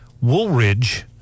Woolridge